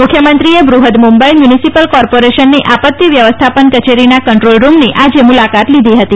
મુખ્યમંત્રીએ બ્રુહદ મુંબઇ મ્યુનિસીપલ કોર્પોરેશનની આપત્તી વ્યવસ્થાપન કચેરીના કંટ્રોલ રૂમની આજે મુલાકાત લીધી હતી